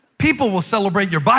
people will celebrate you, but